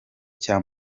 cya